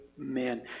Amen